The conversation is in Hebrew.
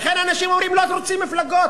לכן אנשים אומרים שהם לא רוצים מפלגות.